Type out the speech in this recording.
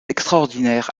extraordinaire